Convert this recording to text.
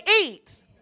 eat